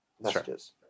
messages